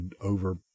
over